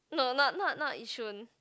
no not not not Yishun